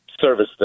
service